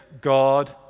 God